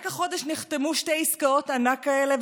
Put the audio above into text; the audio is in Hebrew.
רק החודש נחתמו שתי עסקאות ענק כאלה,